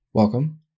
Welcome